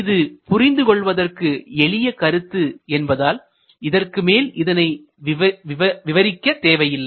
இது புரிந்து கொள்வதற்கு எளிய கருத்து என்பதால் இதற்கு மேல் இதனை விவரிக்க தேவையில்லை